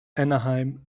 anaheim